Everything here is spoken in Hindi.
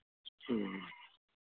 ह्म्म ह्म्म